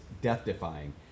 death-defying